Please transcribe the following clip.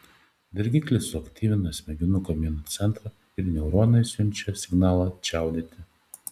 dirgiklis suaktyvina smegenų kamieno centrą ir neuronai siunčia signalą čiaudėti